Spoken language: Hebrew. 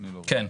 כן,